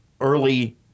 Early